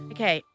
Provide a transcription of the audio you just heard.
Okay